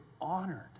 honored